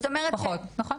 פחות, נכון,